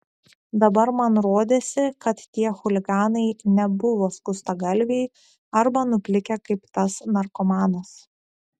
dabar man rodėsi kad tie chuliganai nebuvo skustagalviai arba nuplikę kaip tas narkomanas